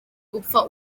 gupfa